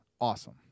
Awesome